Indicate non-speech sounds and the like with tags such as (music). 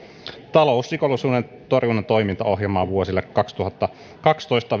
talousrikollisuuden torjunnan toimintaohjelmaan vuosille kaksituhattakaksitoista (unintelligible)